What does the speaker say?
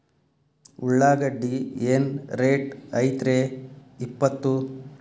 ಉಳ್ಳಾಗಡ್ಡಿ ಏನ್ ರೇಟ್ ಐತ್ರೇ ಇಪ್ಪತ್ತು?